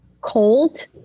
cold